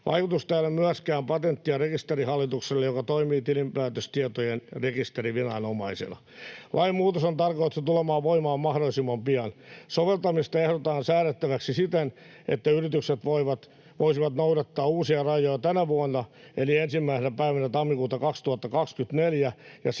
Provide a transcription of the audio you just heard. Vaikutusta ei ole myöskään Patentti- ja rekisterihallitukselle, joka toimii tilinpäätöstietojen rekisteriviranomaisena. Lainmuutos on tarkoitettu tulemaan voimaan mahdollisimman pian. Soveltamista ehdotetaan säädettäväksi siten, että yritykset voisivat noudattaa uusia rajoja tänä vuonna eli 1. päivänä tammikuuta 2024 ja sen jälkeen